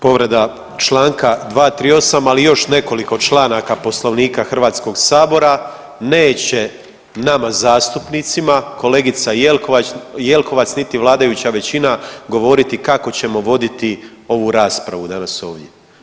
Povreda Članka 238., ali i još nekoliko članaka Poslovnika Hrvatskog sabora, neće nama zastupnicima kolegice Jeklovac niti vladajuća većina govoriti kako ćemo voditi ovu raspravu danas ovdje.